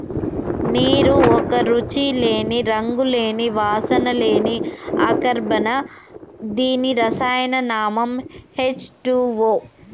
నీరు ఒక రుచి లేని, రంగు లేని, వాసన లేని అకర్బన దీని రసాయన నామం హెచ్ టూవో